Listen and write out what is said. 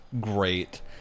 Great